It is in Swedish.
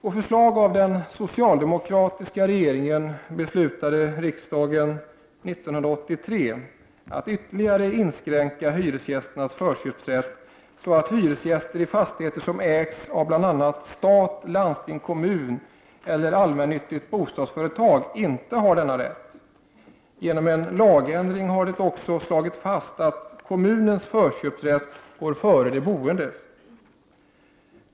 På förslag av den socialdemokratiska regeringen beslutade riksdagen 1983 att ytterligare inskränka hyresgästernas förköpsrätt så att hyresgäster i fastigheter som ägs av bl.a. stat, landsting, kommun eller allmännyttigt bostadsföretag inte har denna rätt. Genom en lagändring har det också slagits fast att kommunens förköpsrätt går före de boendes.